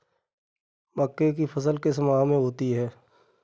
मक्के की फसल किस माह में होती है?